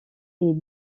est